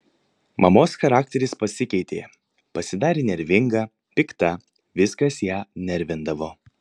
mamos charakteris pasikeitė pasidarė nervinga pikta viskas ją nervindavo